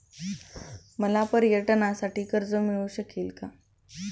मला पर्यटनासाठी कर्ज मिळू शकेल का?